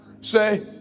say